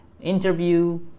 interview